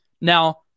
Now